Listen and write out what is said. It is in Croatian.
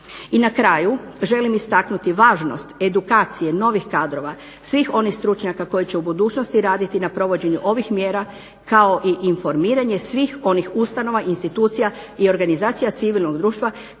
I na kraju želim istaknuti važnost edukacije novih kadrova, svih onih stručnjaka koji će u budućnosti raditi na provođenju ovih mjera kao i informiranje svih ovih ustanova i institucija i organizacija civilnog društva